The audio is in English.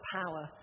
power